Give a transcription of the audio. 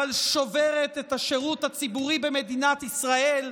אבל שוברת את השירות הציבורי במדינת ישראל,